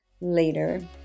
later